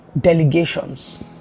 delegations